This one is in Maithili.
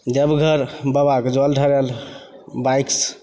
देवघर बाबाके जल ढारैले बाइकसे